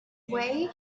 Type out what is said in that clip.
way